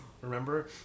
remember